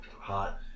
hot